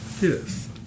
Yes